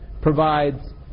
provides